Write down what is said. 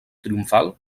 triomfal